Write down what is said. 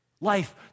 Life